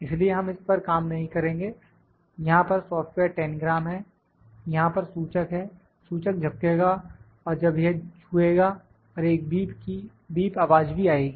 इसलिए हम इस पर काम नहीं करेंगे यहां पर सॉफ्टवेयर टैनग्राम है यहां पर सूचक है सूचक झपकेगा और जब यह छुएगा और एक बीप आवाज़ भी आएगी